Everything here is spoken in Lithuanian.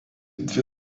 dvi